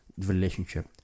relationship